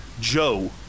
Joe